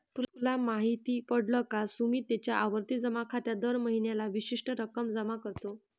तुला माहित पडल का? सुमित त्याच्या आवर्ती जमा खात्यात दर महीन्याला विशिष्ट रक्कम जमा करतो